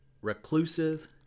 reclusive